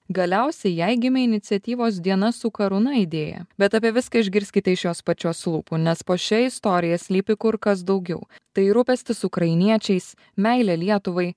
galiausiai jai gimė iniciatyvos diena su karūna idėja bet apie viską išgirskite iš jos pačios lūpų nes po šia istorija slypi kur kas daugiau tai rūpestis ukrainiečiais meilę lietuvai